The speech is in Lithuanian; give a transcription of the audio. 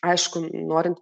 aišku norint